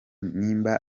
nimba